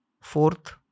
Fourth